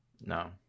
No